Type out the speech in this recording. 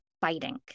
fighting